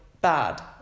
bad